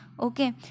Okay